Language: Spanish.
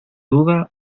duda